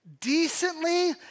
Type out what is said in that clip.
decently